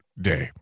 day